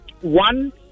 one